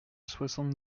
soixante